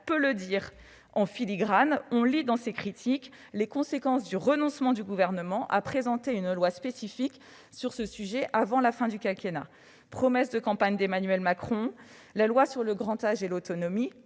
peut le dire. En filigrane de ces critiques, on lit les conséquences du renoncement du Gouvernement à présenter un projet de loi spécifiquement dédié à ce sujet avant la fin du quinquennat. Promesse de campagne d'Emmanuel Macron, la loi sur le grand âge et l'autonomie